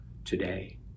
today